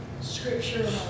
Scripture